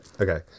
Okay